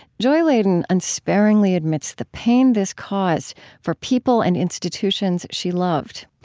joy ladin unsparingly admits the pain this caused for people and institutions she loved.